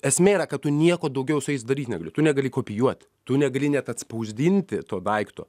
esmė yra kad tu nieko daugiau su jais daryt negali tu negali kopijuot tu negali net atspausdinti to daikto